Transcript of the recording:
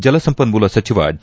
ಜಲಸಂಪನ್ನೂಲ ಸಚಿವ ಡಿ